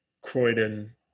Croydon